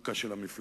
וודקה של המפלגה.